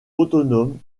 autonome